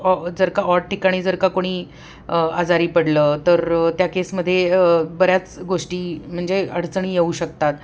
ऑ जर का ऑट ठिकाणी जर का कोणी आजारी पडलं तर त्या केसमध्ये बऱ्याच गोष्टी म्हणजे अडचणी येऊ शकतात